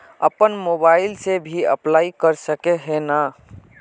अपन मोबाईल से भी अप्लाई कर सके है नय?